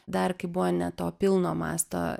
dar kai buvo ne to pilno masto